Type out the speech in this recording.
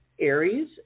Aries